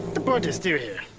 the body's still here.